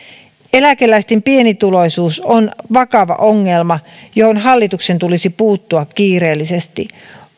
eläkeläisten pienituloisuus on vakava ongelma johon hallituksen tulisi puuttua kiireellisesti